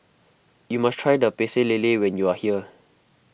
you must try the Pecel Lele when you are here